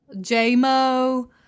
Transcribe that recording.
J-Mo